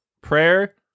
Prayer